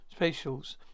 Spatials